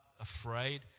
afraid